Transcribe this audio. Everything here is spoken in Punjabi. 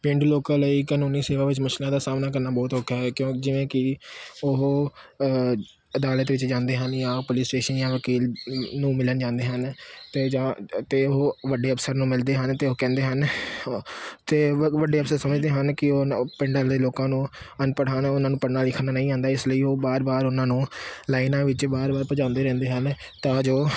ਪੇਂਡੂ ਲੋਕਾਂ ਲਈ ਕਾਨੂੰਨੀ ਸੇਵਾ ਵਿੱਚ ਮੁਸ਼ਕਲਾਂ ਦਾ ਸਾਹਮਣਾ ਕਰਨਾ ਬਹੁਤ ਔਖਾ ਹੈ ਕਿਉਂ ਜਿਵੇਂ ਕਿ ਉਹ ਅਦਾਲਤ ਵਿੱਚ ਜਾਂਦੇ ਹਨ ਜਾਂ ਪੁਲਿਸ ਸਟੇਸ਼ਨ ਜਾਂ ਵਕੀਲ ਨੂੰ ਮਿਲਣ ਜਾਂਦੇ ਹਨ ਤਾਂ ਜਾਂ ਤਾਂ ਉਹ ਵੱਡੇ ਅਫ਼ਸਰ ਨੂੰ ਮਿਲਦੇ ਹਨ ਅਤੇ ਉਹ ਕਹਿੰਦੇ ਹਨ ਅਤੇ ਵੱ ਵੱਡੇ ਅਫ਼ਸਰ ਸਮਝਦੇ ਹਨ ਕਿ ਉਹ ਉਹਨਾਂ ਉਹ ਪਿੰਡਾਂ ਦੇ ਲੋਕਾਂ ਨੂੰ ਅਨਪੜ੍ਹ ਹਨ ਉਹਨਾਂ ਨੂੰ ਪੜ੍ਹਨਾ ਲਿਖਣਾ ਨਹੀਂ ਆਉਂਦਾ ਇਸ ਲਈ ਉਹ ਵਾਰ ਵਾਰ ਉਹਨਾਂ ਨੂੰ ਲਾਈਨਾਂ ਵਿੱਚ ਵਾਰ ਵਾਰ ਭਜਾਉਂਦੇ ਰਹਿੰਦੇ ਹਨ ਤਾਂ ਜੋ